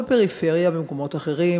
בפריפריה ובמקומות אחרים,